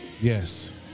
Yes